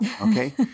Okay